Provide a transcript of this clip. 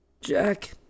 Jack